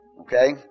Okay